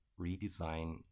redesign